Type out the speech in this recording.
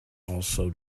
also